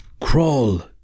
crawl